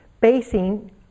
basing